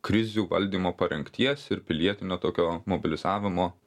krizių valdymo parengties ir pilietinio tokio mobilizavimo